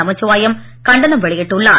நமச்சிவாயம் கண்டனம் வெளியிட்டுள்ளார்